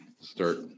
start